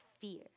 fear